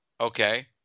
okay